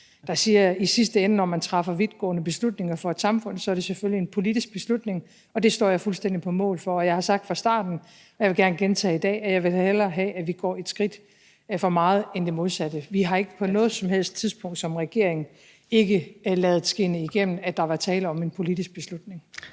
»I sidste ende, når man træffer så vidtgående beslutninger for et samfund, er det selvfølgelig en politisk beslutning, og det står jeg fuldstændig på mål for.« Jeg har sagt fra starten, og jeg vil gerne gentage det i dag, at jeg da hellere vil have, at vi går et skridt for meget end det modsatte. Vi har ikke på noget som helst tidspunkt som regering ikke ladet skinne igennem, at der var tale om en politisk beslutning.